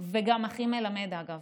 וגם הכי מלמד, אגב.